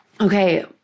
okay